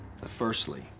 firstly